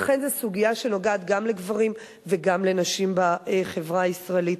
לכן זו סוגיה שנוגעת גם לגברים וגם לנשים בחברה הישראלית.